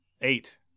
eight